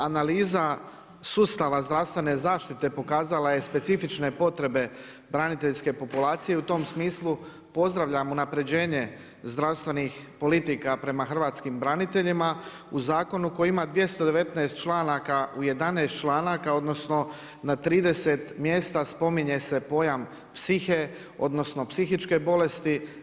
Analiza sustava zdravstvene zaštite pokazala je specifične potrebe braniteljske populacije i u tom smislu, pozdravljam unapređenje zdravstvenih politika prema hrvatskim braniteljima u zakonu koji ima 219 članaka, u 11 članaka odnosno na 30 mjesta spominje se pojam psihe, odnosno psihičke bolesti.